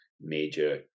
major